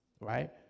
right